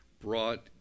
brought